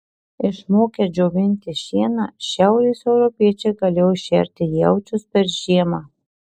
išmokę džiovinti šieną šiaurės europiečiai galėjo šerti jaučius per žiemą